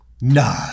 No